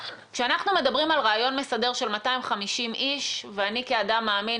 כשאנחנו מדברים על רעיון מסדר של 250 איש ואני כאדם מאמין,